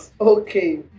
Okay